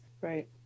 Right